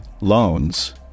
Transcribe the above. loans